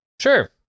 Sure